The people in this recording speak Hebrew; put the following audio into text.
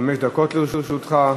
חמש דקות לרשותך.